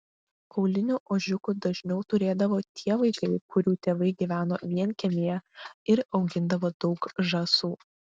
kaulinių ožiukų dažniau turėdavo tie vaikai kurių tėvai gyveno vienkiemyje ir augindavo daug žąsų